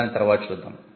దాన్ని తర్వాత చూద్దాం